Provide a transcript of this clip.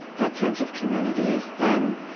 that sense of community is then